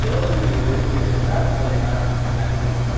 தோல் உரிச்சிக் கொடுத்தா கொஞ்சம் காசு அதிகமாகும்